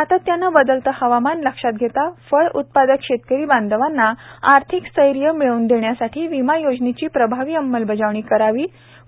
सातत्याने बदलते हवामान लक्षात घेता फळ उत्पादक शेतकरी बांधवांना आर्थिक स्थैर्य मिळवून देण्यासाठी विमा योजनेची प्रभावी अंमलबजावणी करावी